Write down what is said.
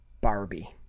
Barbie